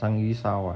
汤鱼烧